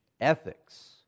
ethics